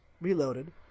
Reloaded